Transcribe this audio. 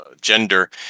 gender